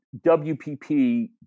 WPP